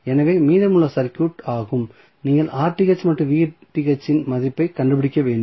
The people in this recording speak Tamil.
எனவே இது மீதமுள்ள சர்க்யூட் ஆகும் நீங்கள் மற்றும் இன் மதிப்பைக் கண்டுபிடிக்க வேண்டும்